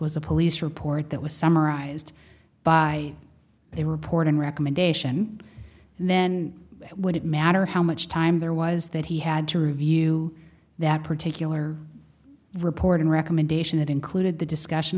was a police report that was summarized by a report and recommendation then would it matter how much time there was that he had to review that particular report and recommendation that included the discussion